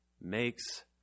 makes